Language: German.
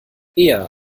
eher